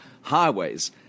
highways